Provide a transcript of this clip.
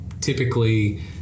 typically